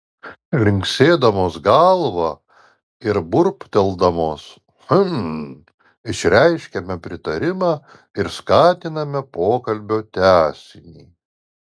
linksėdamos galvą ir burbteldamos hm išreiškiame pritarimą ir skatiname pokalbio tęsinį